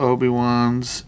Obi-Wans